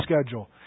schedule